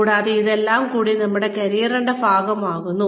കൂടാതെ ഇതെല്ലാം കൂടി നമ്മുടെ കരിയറിന്റെ ഭാഗമാകുന്നു